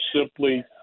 simply